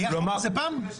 היה חוק כזה פעם?